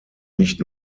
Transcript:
nicht